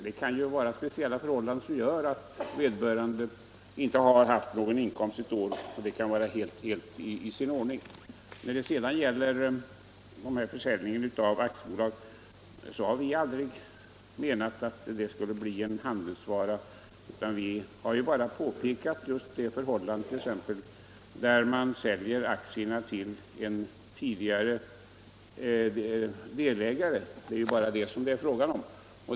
Det kan vara speciella förhållanden som gjort att vederbörande inte haft någon inkomst ett år, och det kan därför vara helt i sin ordning med förlustavdrag. När det gäller försäljningen av aktiebolag har vi aldrig menat att förlustavdraget skulle bli en handelsvara, utan vi har bara pekat på hur det blir när man säljer aktierna till en tidigare delägare.